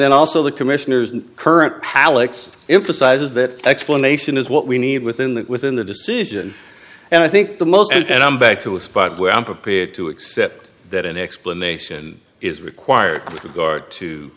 then also the commissioners and current halleck's emphasises that explanation is what we need within that within the decision and i think the most and i'm back to a spot where i'm prepared to accept that an explanation is required to guard to